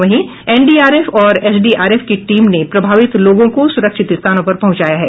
वहीं एनडीआरएफ और एसडीआरएफ की टीम ने प्रभावित लोगों को सुरक्षित स्थानों पर पहुंचाया है